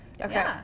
Okay